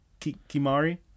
Kimari